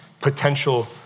potential